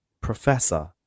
Professor